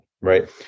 Right